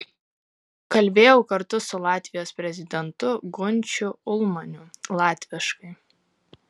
kalbėjau kartu su latvijos prezidentu gunčiu ulmaniu latviškai